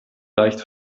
leicht